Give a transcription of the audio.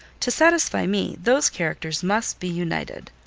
to satisfy me, those characters must be united.